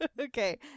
Okay